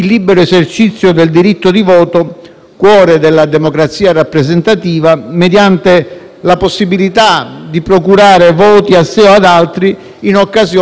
cuore della democrazia rappresentativa, mediante la possibilità di procurare voti a sé o ad altri in occasione di consultazioni elettorali.